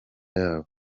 yabo